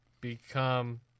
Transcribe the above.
become